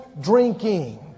drinking